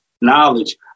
knowledge